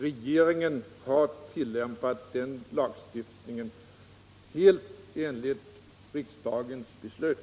Regeringen har tillämpat den lagstiftningen helt enligt riksdagens beslut.